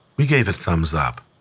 we gave a thumbs up.